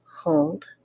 hold